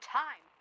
time